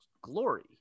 glory